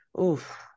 oof